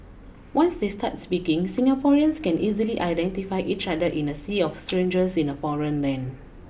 once they start speaking Singaporeans can easily identify each other in a sea of strangers in a foreign land